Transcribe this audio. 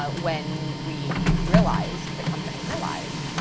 ah when we realized, the company realized,